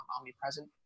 omnipresent